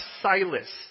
Silas